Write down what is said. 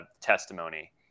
testimony